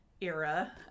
era